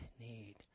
need